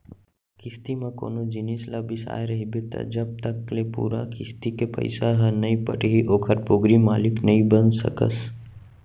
किस्ती म कोनो जिनिस ल बिसाय रहिबे त जब तक ले पूरा किस्ती के पइसा ह नइ पटही ओखर पोगरी मालिक नइ बन सकस